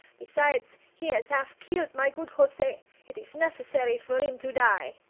besides, he as alf-keeled my good jose it is necessary for im to die.